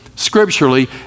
scripturally